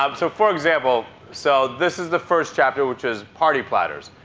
um so for example, so this is the first chapter, which is party platters.